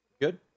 Good